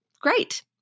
great